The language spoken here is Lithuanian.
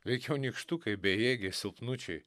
veikiau nykštukai bejėgiai silpnučiai